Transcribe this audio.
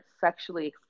sexually